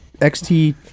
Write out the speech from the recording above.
xt